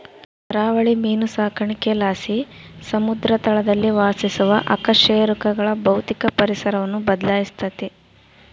ಕರಾವಳಿ ಮೀನು ಸಾಕಾಣಿಕೆಲಾಸಿ ಸಮುದ್ರ ತಳದಲ್ಲಿ ವಾಸಿಸುವ ಅಕಶೇರುಕಗಳ ಭೌತಿಕ ಪರಿಸರವನ್ನು ಬದ್ಲಾಯಿಸ್ತತೆ